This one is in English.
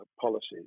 policies